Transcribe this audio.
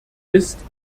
ist